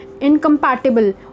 incompatible